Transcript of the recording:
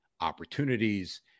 opportunities